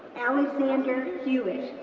alexander hewitt,